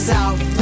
South